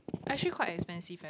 actually quite expensive eh the